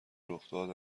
رخداد